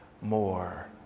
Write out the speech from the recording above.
more